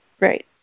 right